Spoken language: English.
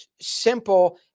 simple